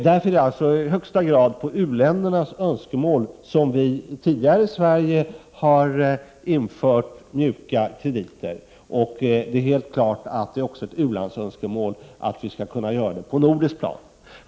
Det är alltså i högsta grad på grund av u-ländernas önskemål som Sverige tidigare har infört mjuka krediter, och det är helt klart att det är ett u-landsönskemål att det skall kunna göras på nordiskt plan.